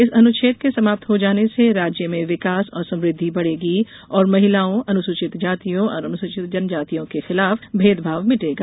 इस अनुच्छेद के समाप्त हो जाने से राज्य में विकास और समुद्धि बढ़ेगी और महिलाओं अनुसूचित जातियों और अनुसूचित जनजातियों के खिलाफ भेदभाव मिटेगा